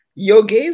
Yogis